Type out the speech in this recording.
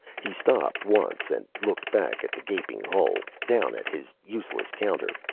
he stopped once and looked back at the gaping hole, down at his useless counter,